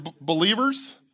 believers